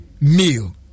meal